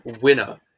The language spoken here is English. winner